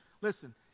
Listen